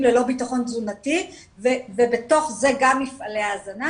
ללא בטחון תזונתי ובתוך זה גם מפעלי ההזנה,